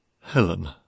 Helen